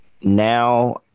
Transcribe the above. now